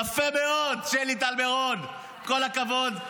יפה מאוד, שלי טל מירון, כל הכבוד.